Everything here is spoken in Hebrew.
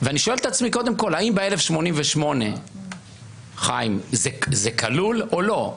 ואני שואל את עצמי קודם כל האם ב-1,088 זה כלול או לא,